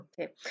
Okay